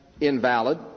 invalid